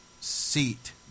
seat